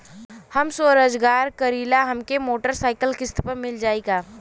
हम स्वरोजगार करीला हमके मोटर साईकिल किस्त पर मिल जाई का?